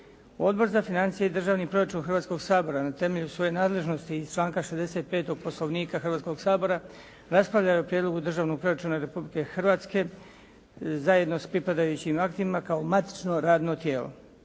Odbor za financije i državni proračun Hrvatskoga sabora na temelju svoje nadležnosti iz članka 65. Poslovnika Hrvatskoga sabora, raspravljao je o prijedlogu državnog proračuna Republike Hrvatske zajedno s pripadajućim aktima kao matično radno tijelo.